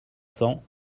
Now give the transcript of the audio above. cents